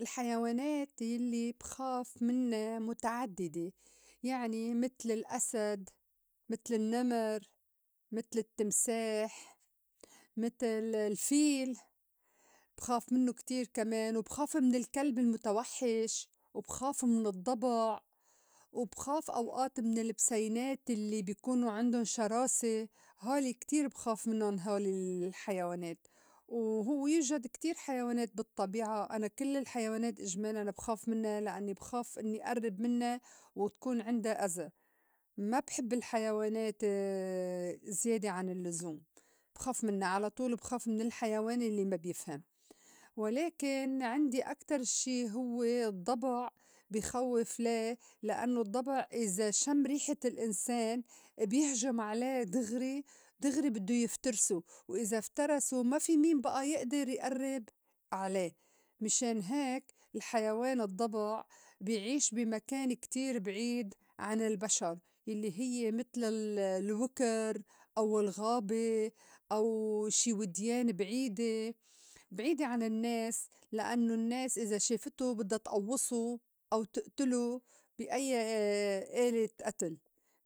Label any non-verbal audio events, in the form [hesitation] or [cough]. الحيوانات يلّي بخاف مِنّا مُتعدّدة يعني متل الأسد، متل النّمر، متل التّمساح، متل الفيل بخاف منّو كتير كمان، وبخاف من الكلْب المتوحّش، وبخاف من الضّبع، وبخاف أوئات من البسينات الّي بيكونو عِندُن شراسة هولي كتير بخاف منُّن هول الْحيوانات وهوّ يوجد كتير حيوانات بالطّبيعة، أنا كل الحيوانات إجمالاً بخاف منّا لأنّي بخاف إنّي أرّب منّا وتكون عِندا أذى ما بحب الحيوانات [hesitation] زيادة عن الّزوم بخاف منّا على طول بخاف من الحيوان يلّي ما بيفهم. ولكن عندي أكتر شي هوّ الضّبع بيخوّفني ليه. لإنّو الضّبع إذا شم ريحة الإنسان بيهجُم عليه دِغري دِغري بدّو يفترسو وإذا افترسو ما في مين بأى يئدِر يئرّب عليه. مِشان هيك الحيوان الضّبع بي عيش بي مكان كتير بعيد عن البشر يلّي هيّ متل ال- الوكِر، أو الغابة، أو شي وديان بعيدة [noise] بعيدة عن النّاس لإنّو النّاس إذا شافِتو بدّا تئوّصو أو تِئْتِلو بي أيّا [hesitation] آلة أتل،